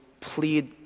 plead